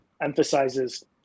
emphasizes